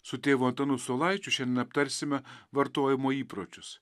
su tėvu antanu saulaičiu šiandien aptarsime vartojimo įpročius